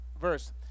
verse